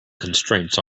constraints